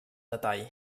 detall